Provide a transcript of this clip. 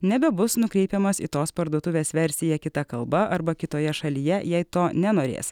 nebebus nukreipiamas į tos parduotuvės versiją kita kalba arba kitoje šalyje jei to nenorės